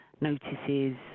notices